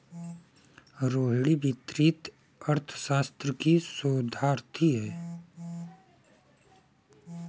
रोहिणी वित्तीय अर्थशास्त्र की शोधार्थी है